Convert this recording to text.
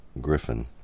Griffin